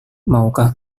maukah